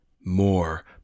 more